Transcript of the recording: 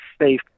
safe